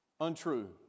untrue